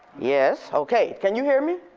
yes, okay, can you here me?